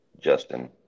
Justin